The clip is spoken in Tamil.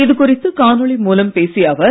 இது குறித்து காணொளி மூலம் பேசிய அவர்